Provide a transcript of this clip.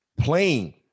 playing